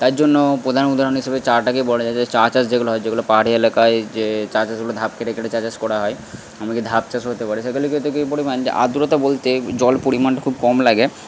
তার জন্য প্রধান উদাহরণ হিসাবে চাটাকেই বলা যায় যে চা চাষ যেগুলো হয় যেগুলো পাহাড়ি এলাকায় যে চা চাষগুলো ধাপ কেটে কেটে চাষবাস করা হয় এমনকি ধাপ চাষও হতে পারে সেগুলি পরিমাণ যে আর্দ্রতা বলতে জল পরিমানটা খুব কম লাগে